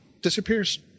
disappears